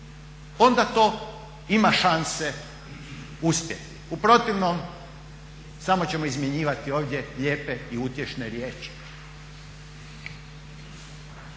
Onda to ima šanse uspjeti u protivnom samo ćemo izmjenjivati ovdje lijepe i utješne riječi.